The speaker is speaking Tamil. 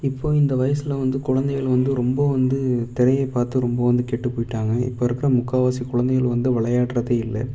இப்போ இந்த வயசில் வந்து குழந்தைகள் வந்து ரொம்ப வந்து திரையைப் பார்த்து ரொம்ப வந்து கெட்டுப் போயிட்டாங்க இப்போ இருக்கிற முக்கால்வாசி குழந்தைகள் வந்து விளையாடுறதே இல்லை